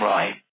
Right